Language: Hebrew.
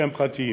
שהם פרטיים,